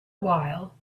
while